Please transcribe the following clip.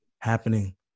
happening